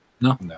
No